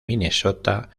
minnesota